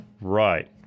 Right